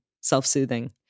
self-soothing